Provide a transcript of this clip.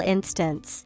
Instance